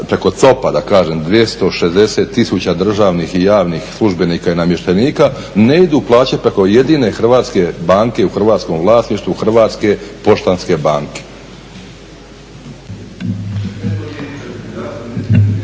preko COP-a da kažem 260 tisuća državnih i javnih službenika i namještenika ne idu plaće preko jedine hrvatske banke u hrvatskom vlasništvu HPB-a? Nemojte mi isključivati mikrofon!